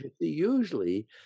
Usually